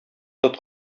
тот